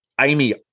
Amy